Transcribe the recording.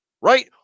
right